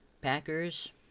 Packers